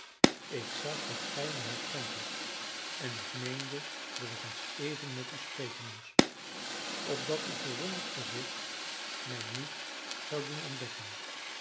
ik zag dat gij mij herkend hadt en ik meende dat ik eens even met u spreken moest opdat uw verwonderd gezicht mij niet zou doen ontdekken